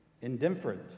indifferent